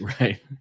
Right